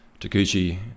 Takuchi